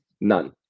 none